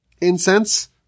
Incense